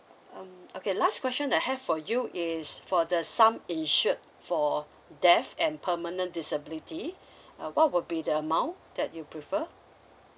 um okay last question I have for you is for the sum insured for death and permanent disability uh what will be the amount that you prefer